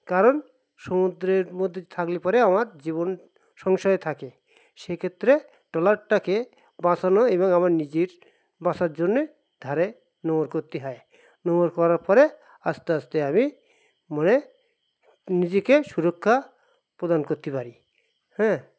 কারণ সমুদ্রের মধ্যে থাকলে পরে আমার জীবন সংসয় থাকে সে ক্ষেত্রে ট্রলারটাকে বাঁচানো এবং আমার নিজের বাসার জন্যে ধারে নোঙ্গর করতে হয় নোঙ্গর করার পরে আস্তে আস্তে আমি মানে নিজেকে সুরক্ষা প্রদান করতে পারি হ্যাঁ